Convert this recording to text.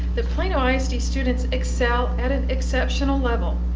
that plano isd students excel at an exceptional level.